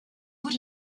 good